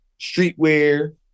streetwear